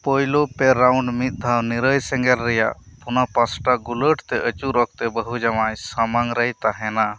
ᱯᱳᱭᱞᱳ ᱯᱮ ᱨᱟᱣᱩᱱᱰ ᱢᱤᱫ ᱫᱷᱟᱣ ᱱᱤᱨᱟᱹᱭ ᱥᱮᱸᱜᱮᱞ ᱨᱮᱭᱟᱜ ᱚᱱᱟᱯᱟᱥᱴᱟ ᱜᱩᱞᱟᱹᱴᱛᱮ ᱟᱹᱪᱩᱨ ᱚᱠᱛᱮ ᱵᱟᱹᱦᱩ ᱡᱟᱶᱟᱭ ᱥᱟᱢᱟᱝ ᱨᱮᱭ ᱛᱟᱦᱮᱱᱟ